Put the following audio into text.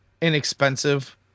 inexpensive